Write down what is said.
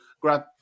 grab